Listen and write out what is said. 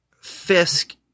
fisk